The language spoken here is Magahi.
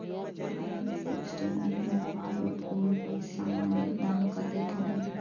फारम सिक्सटीन ई व्यापारोत कोई भी सामानेर दाम कतेक होबे?